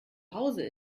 hause